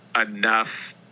enough